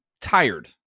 tired